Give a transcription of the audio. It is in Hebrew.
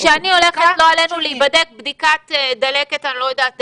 כשאני הולכת להיבדק בדיקת דלקת כלשהי